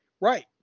Right